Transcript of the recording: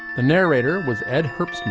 the narrator was ed hearpe